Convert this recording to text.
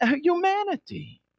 humanity